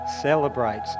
celebrates